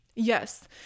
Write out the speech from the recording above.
Yes